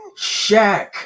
Shaq